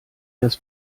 das